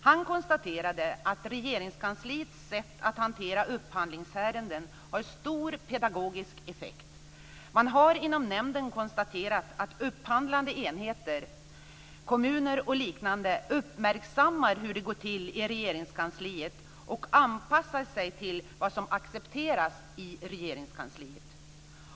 Han konstaterade att Regeringskansliets sätt att hantera upphandlingsärenden har stor pedagogisk effekt. Man har inom nämnden konstaterat att upphandlande enheter, kommuner och liknande organ, uppmärksammar hur det går till i Regeringskansliet och anpassar sig till vad som accepterats i Regeringskansliet.